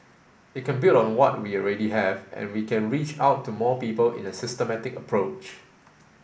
it can build on what we already have and we can reach out to more people in a systematic approach